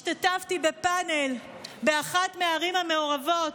השתתפתי בפאנל באחת מהערים המעורבות.